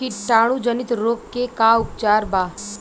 कीटाणु जनित रोग के का उपचार बा?